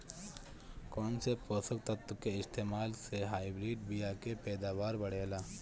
कौन से पोषक तत्व के इस्तेमाल से हाइब्रिड बीया के पैदावार बढ़ेला?